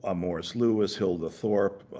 ah morris louis, hilda thorpe,